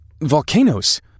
Volcanoes